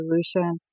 solution